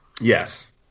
Yes